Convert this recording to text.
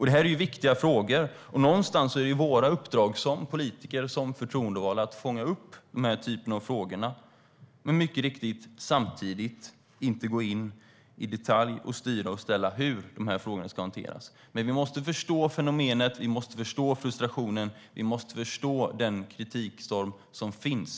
Det här är viktiga frågor. Någonstans är det vårt uppdrag som politiker och förtroendevalda att fånga upp den typen av frågor men mycket riktigt samtidigt inte gå in i detalj och styra och ställa hur frågorna ska hanteras. Vi måste förstå fenomenet, vi måste förstå frustrationen och vi måste förstå den kritikstorm som finns.